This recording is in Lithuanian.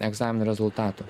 egzaminų rezultatų